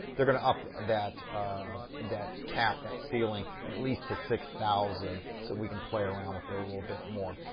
they're gonna up that that cap, that ceiling, at least to six thousand, so we can play around with it a little bit more.